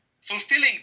Fulfilling